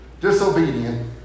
disobedient